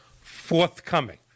forthcoming